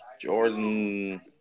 Jordan